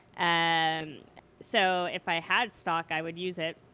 and so if i had stock i would use it.